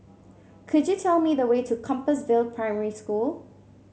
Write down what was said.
could you tell me the way to Compassvale Primary School